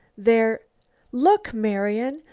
there look, marian!